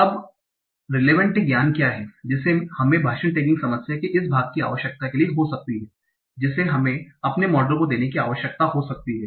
अब रिलेवेंट ज्ञान क्या है जिसे हमें भाषण टैगिंग समस्या के इस भाग की आवश्यकता के लिए हो सकती है जिसे हमें अपने मॉडल को देने की आवश्यकता हो सकती है